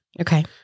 Okay